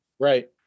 Right